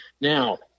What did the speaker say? Now